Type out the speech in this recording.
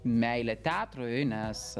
meilė teatrui nes